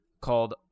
called